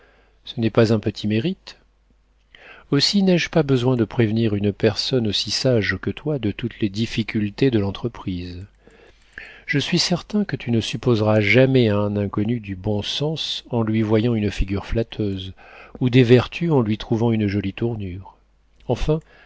ce n'est pas un petit mérite aussi n'ai-je pas besoin de prévenir une personne aussi sage que toi de toutes les difficultés de l'entreprise je suis certain que tu ne supposeras jamais à un inconnu du bon sens en lui voyant une figure flatteuse ou des vertus en lui trouvant une jolie tournure enfin